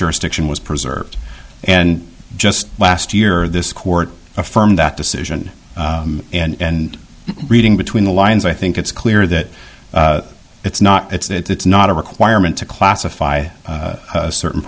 jurisdiction was preserved and just last year this court affirmed that decision and reading between the lines i think it's clear that it's not it's not a requirement to classify a certain